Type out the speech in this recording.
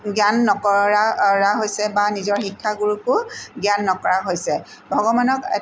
জ্ঞান নকৰা অৰা হৈছে বা নিজৰ শিক্ষা গুৰুকো জ্ঞান নকৰা হৈছে ভগৱানক